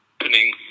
happening